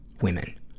women